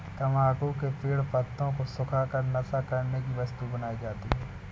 तम्बाकू के पेड़ पत्तों को सुखा कर नशा करने की वस्तु बनाई जाती है